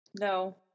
No